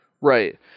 right